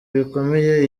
bikomeye